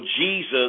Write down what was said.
Jesus